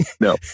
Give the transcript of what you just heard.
No